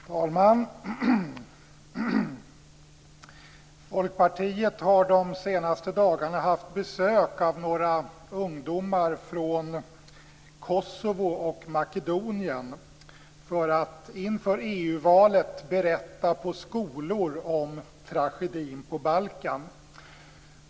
Herr talman! Folkpartiet har de senaste dagarna haft besök av några ungdomar från Kosovo och Makedonien för att inför EU-valet berätta på skolor om tragedin på Balkan.